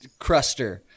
cruster